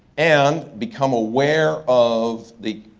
and become aware of the